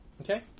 Okay